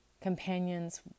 companions